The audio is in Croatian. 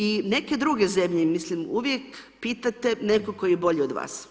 I neke druge zemlje, mislim uvijek pitate nekoga tko je bolji od vas.